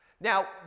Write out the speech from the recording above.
now